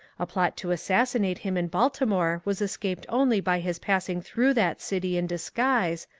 a plot to assassinate him in baltimore was escaped only by his passing through that city in disguise,